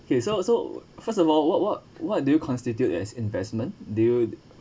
okay so so first of all what what what did you constitute as investment do you